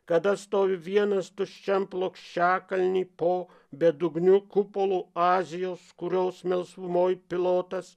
kada stovi vienas tuščiam plokščiakalny po bedugniu kupolu azijos kurios melsvumoj pilotas